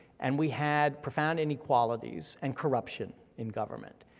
and we had profound inequalities and corruption in government.